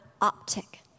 optic